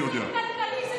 כלכלי של תו ירוק.